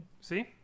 See